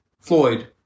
Floyd